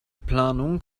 planung